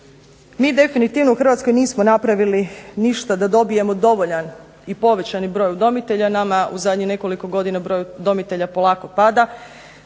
mi definitivno u Hrvatskoj nismo napravili ništa da dobijemo dovoljan i povećani broj udomitelja, nama u zadnjih nekoliko godina broj udomitelja polako pada.